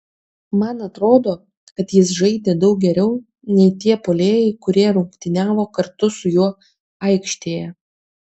man atrodo kad jis žaidė daug geriau nei tie puolėjai kurie rungtyniavo kartu su juo aikštėje